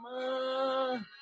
mama